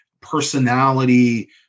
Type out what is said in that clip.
personality